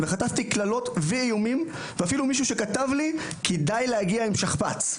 וחטפתי קללות ואיומים ואפילו מישהו כתב לי: כדאי להגיע עם שכפ"ץ.